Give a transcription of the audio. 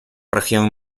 región